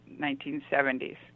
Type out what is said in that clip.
1970s